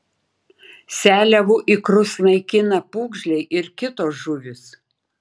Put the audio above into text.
seliavų ikrus naikina pūgžliai ir kitos žuvys